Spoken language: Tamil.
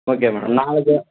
ஓகே மேடம் நாளைக்கு